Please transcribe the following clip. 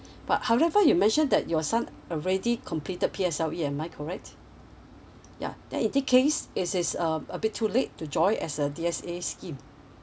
but however you mention that your son already completed P_S_L_E am I correct ya then in this case it is um a bit too late to join as a D_S_A scheme